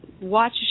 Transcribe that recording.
watch